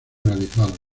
realizados